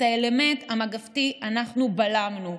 את האלמנט המגפתי אנחנו בלמנו.